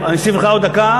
אני אוסיף לך עוד דקה,